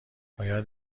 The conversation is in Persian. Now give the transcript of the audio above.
باید